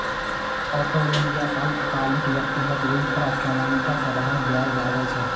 auto ऋण या अल्पकालिक व्यक्तिगत ऋण पर सामान्यतः साधारण ब्याज लागै छै